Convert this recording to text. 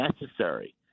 necessary